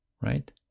right